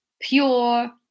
pure